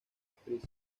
actriz